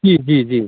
जी जी जी